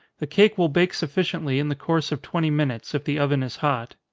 the cake will bake sufficiently in the course of twenty minutes, if the oven is hot.